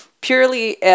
Purely